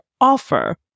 offer